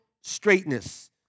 straightness